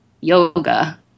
yoga